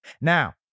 Now